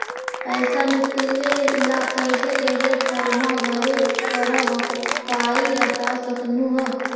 पैसा निकले ला कैसे कैसे फॉर्मा भरे परो हकाई बता सकनुह?